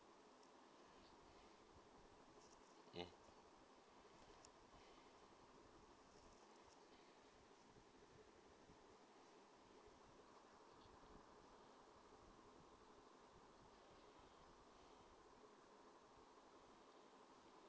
mm